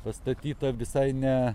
pastatyta visai ne